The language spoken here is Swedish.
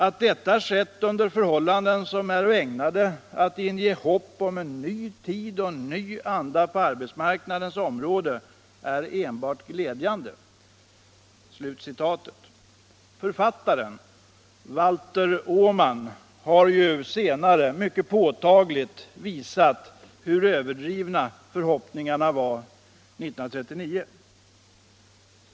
Att detta skett under förhållanden som äro ägnade att inge hopp om en ny tid och en ny anda på arbetsmarknadens område är enbart glädjande.” Författaren, Valter Åman, har ju senare mycket påtagligt visat hur överdrivna förhoppningarna var 1939.